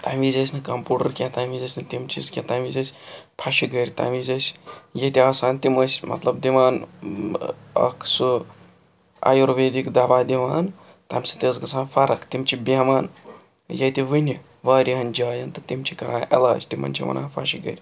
تَمہِ وِزِ ٲسۍ نہٕ کَمپوڈر کیٚنٛہہ تَمہِ وِزِ ٲسۍ نہٕ تِم چیٖز کیٚنٛہہ تَمہِ وِزِ ٲسۍ پھَشہٕ گٔرۍ تَمہِ وِزِ ٲسۍ ییٚتہِ آسان تِم ٲسۍ مطلب دِوان اَکھ سُہ آیُرویدِک دَوا دِوان تَمہِ سۭتۍ ٲس گَژھان فَرق تِم چھِ بیٚہوان ییٚتہِ وٕنہِ واریاہَن جایَن تہٕ تِم چھِ کَران عٮ۪لاج تِمَن چھِ وَنان پھَشہِ گٔرۍ